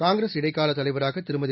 காங்கிரஸ் இடைக்காலத் தலைவராக திருமதி